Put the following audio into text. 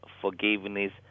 forgiveness